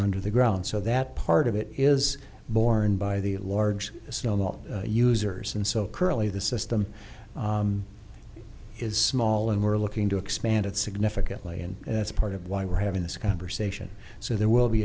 are under the ground so that part of it is borne by the large snowball users and so currently the system is small and we're looking to expand it significantly and that's part of why we're having this conversation so there will be